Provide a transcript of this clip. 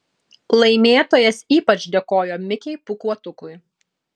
laimėtojas ypač dėkojo mikei pūkuotukui